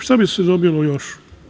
Šta bi se dobilo još?